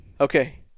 Okay